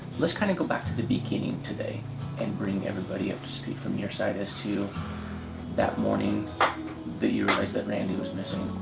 let's kind of go back to the beginning today and bring everybody up to speed from your side as to that morning that you realized that randy was missing.